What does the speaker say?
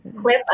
clip